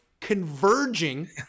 converging